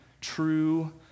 true